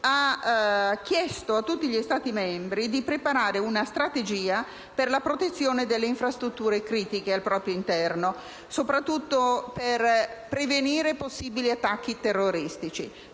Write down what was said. ha chiesto a tutti gli Stati membri di preparare una strategia per la protezione delle infrastrutture critiche al proprio interno, soprattutto per prevenire possibili attacchi terroristici.